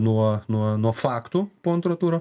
nuo nuo nuo faktų po antro turo